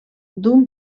d’un